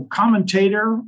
commentator